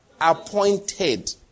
Appointed